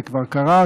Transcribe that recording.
זה כבר קרה,